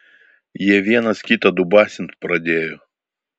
jie vienas kitą dubasint pradėjo